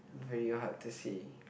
very hard to say